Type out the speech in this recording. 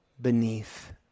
beneath